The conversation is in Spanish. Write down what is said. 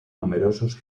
numerosos